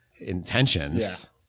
intentions